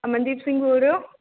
ਅਮਨਦੀਪ ਸਿੰਘ ਬੋਲ ਰਹੇ ਹੋ